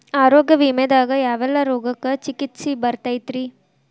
ಆರೋಗ್ಯ ವಿಮೆದಾಗ ಯಾವೆಲ್ಲ ರೋಗಕ್ಕ ಚಿಕಿತ್ಸಿ ಬರ್ತೈತ್ರಿ?